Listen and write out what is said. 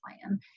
plan